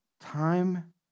Time